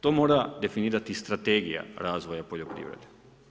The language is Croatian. To mora definirati Strategija razvoja poljoprivrede.